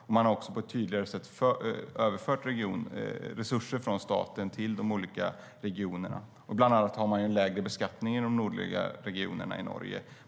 Man har också på ett tydligare sätt överfört resurser från staten till de olika regionerna. Bland annat har man en lägre beskattning i de nordliga regionerna i Norge.